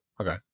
Okay